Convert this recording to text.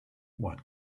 what